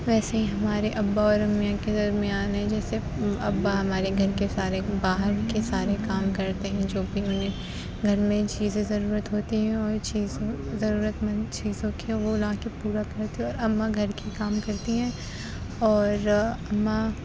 ویسے ہی ہمارے ابا اور امّی کے درمیان ہے جیسے ابا ہمارے گھر کے سارے باہر کے سارے کام کرتے ہیں جو کہ اُنہیں گھر میں چیزیں ضرورت ہوتی ہیں اور چیزوں ضرورت مند چیزوں کے وہ لا کے پورا کرتے اور اماں گھر کی کام کرتی ہیں اور اماں